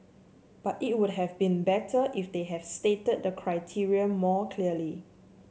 but it would have been better if they have stated the criteria more clearly